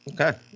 Okay